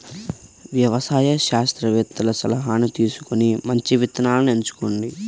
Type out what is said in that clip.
వ్యవసాయ శాస్త్రవేత్తల సలాహాను తీసుకొని మంచి విత్తనాలను ఎంచుకోండి